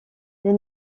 les